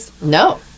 No